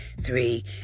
three